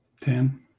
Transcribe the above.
Ten